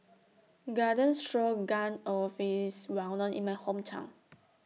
Garden Stroganoff IS Well known in My Hometown